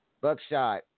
Buckshot